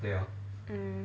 mm